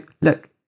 look